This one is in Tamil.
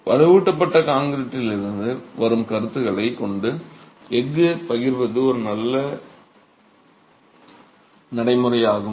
வலுவூட்டப்பட்ட கான்கிரீட்டிலிருந்து வரும் கருத்துக்களைக் கருத்தில் கொண்டு எஃகு பகிர்வது ஒரு நல்ல நடைமுறையாகும்